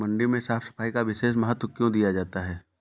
मंडी में साफ सफाई का विशेष महत्व क्यो दिया जाता है?